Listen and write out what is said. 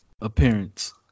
appearance